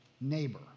neighbor